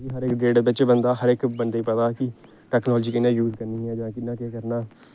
हर इक गेड़ बिच्च बंदा हा हर इक बंदे गी पता कि टैक्नालाजी कियां यूज करनी ऐ जां कि'यां केह् करना